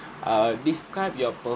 err describe your